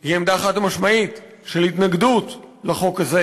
היא עמדה חד-משמעית של התנגדות לחוק הזה,